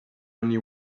only